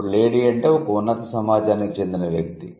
ఇప్పుడు 'లేడీ' అంటే ఒక ఉన్నత సమాజానికి చెందిన వ్యక్తి